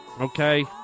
okay